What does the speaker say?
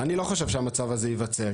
חושב שהמצב הזה ייווצר,